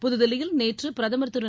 புதுதில்லியில் நேற்று பிரதமர் திரு